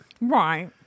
Right